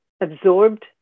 absorbed